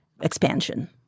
expansion